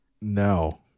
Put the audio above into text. No